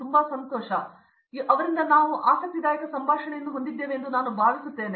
ಕಾಮಕೋಟಿ ಇದು ಆಸಕ್ತಿದಾಯಕ ಸಂಭಾಷಣೆ ಎಂದು ನಾನು ಭಾವಿಸುತ್ತೇನೆ